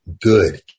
good